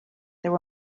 there